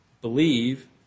believe